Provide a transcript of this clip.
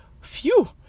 phew